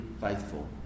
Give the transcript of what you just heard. faithful